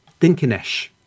Dinkinesh